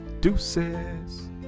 deuces